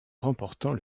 remportant